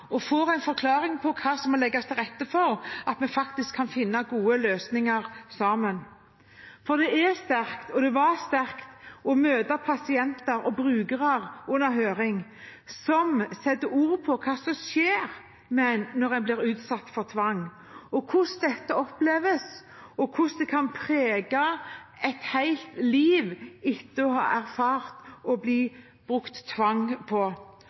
og får en forklaring på hva som må legges til rette for at vi sammen kan finne gode løsninger. For det er sterkt, og det var sterkt, under høring å møte pasienter og brukere som setter ord på hva som skjer med en når en blir utsatt for tvang, hvordan det oppleves, og hvordan det kan prege et helt liv etter å ha erfart at det har blitt brukt tvang